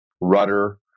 rudder